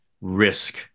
risk